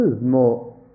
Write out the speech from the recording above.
more